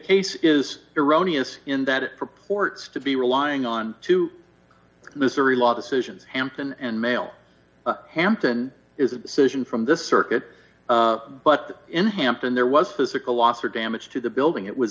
case is erroneous in that it purports to be relying on to missouri law decision hampton and mail hampton is a decision from this circuit but in hampton there was physical loss or damage to the building it was